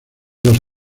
dos